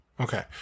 Okay